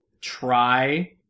try